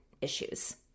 issues